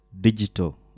Digital